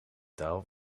taal